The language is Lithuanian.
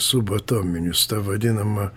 subatominius ta vadinama